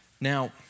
Now